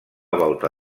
volta